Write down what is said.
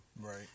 right